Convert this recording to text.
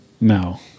No